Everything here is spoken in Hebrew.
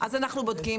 אז אנחנו בודקים,